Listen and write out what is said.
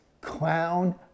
clown